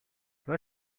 what